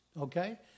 okay